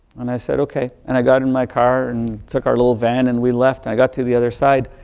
and i said, ok. and i got in my car and took our little van and we left. and i got to the other side,